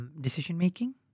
decision-making